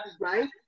right